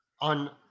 On